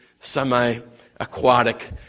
semi-aquatic